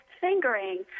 fingering